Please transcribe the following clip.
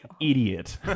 Idiot